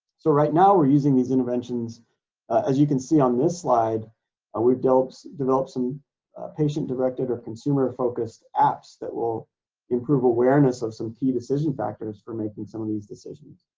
so right now we're using these interventions as you can see on this slide and we developed developed some patient directed or consumer focused apps that will improve awareness of some key decision factors for making some of these decisions.